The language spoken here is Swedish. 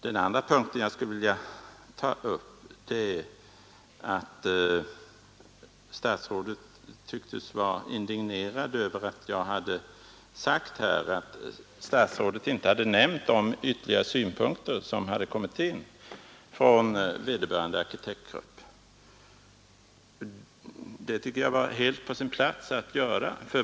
Den andra punkt jag skulle vilja ta upp är att statsrådet tycktes vara idet inte hade nämnt de indignerad över att jag hade sagt att statsr ytterligare synpunkter som hade kommit in från vederbörande arkitektgrupp. Det tycker jag var helt på sin plats att göra.